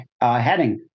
heading